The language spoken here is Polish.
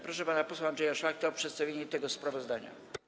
Proszę pana posła Andrzeja Szlachtę o przedstawienie tego sprawozdania.